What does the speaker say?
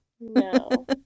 no